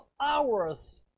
hours